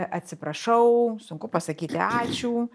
atsiprašau sunku pasakyti ačiū